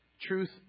Truth